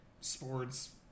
sports